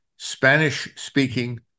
Spanish-speaking